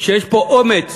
שיש פה אומץ